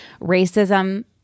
Racism